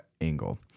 angle